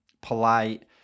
polite